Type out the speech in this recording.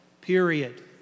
Period